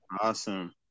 Awesome